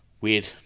weird